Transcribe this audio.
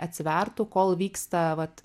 atsivertų kol vyksta vat